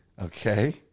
Okay